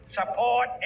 support